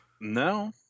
No